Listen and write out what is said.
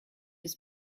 his